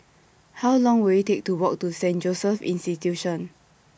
How Long Will IT Take to Walk to Saint Joseph's Institution